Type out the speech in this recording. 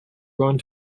going